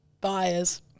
buyers